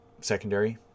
secondary